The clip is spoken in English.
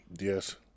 Yes